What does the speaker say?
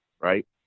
right